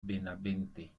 benavente